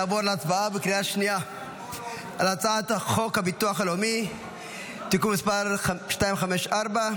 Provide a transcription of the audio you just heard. נעבור להצבעה בקריאה שנייה על חוק הביטוח הלאומי (תיקון מס' 254),